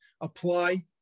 apply